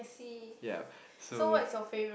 yup so